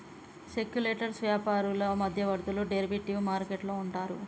speculators వ్యాపారులు మధ్యవర్తులు derivative market లో ఉంటారు